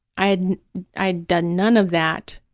i had i had done none of that,